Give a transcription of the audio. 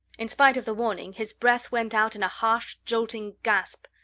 in spite of the warning, his breath went out in a harsh, jolting gasp.